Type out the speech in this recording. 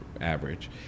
average